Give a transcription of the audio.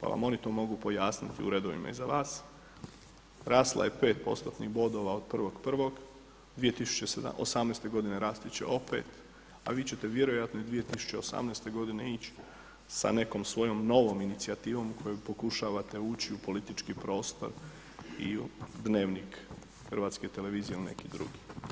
pa vam oni to mogu pojasniti u redovima iza vas, rasla je 5%-tnih bodova od 1.1., 2018. godine rasti će opet, a vi ćete vjerojatno i 2018. godine ići sa nekom svojom novom inicijativom kojom pokušavate ući u politički prostor i u Dnevnik HRT-a ili neki drugi.